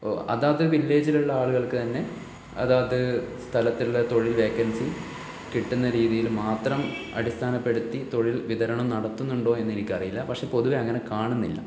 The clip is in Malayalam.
അതായത് വില്ലേജിലെ ആളുകൾക്ക് തന്നെ അതാതു സ്ഥലത്തുള്ള തൊഴിൽ വേക്കൻസി കിട്ടുന്ന രീതിയിൽ മാത്രം അടിസ്ഥാനപ്പെടുത്തി തൊഴിൽ വിതരണം നടത്തുന്നുണ്ടോ എന്നെനിക്കറിയില്ല പക്ഷേ പൊതുവെ അങ്ങനെ കാണുന്നില്ല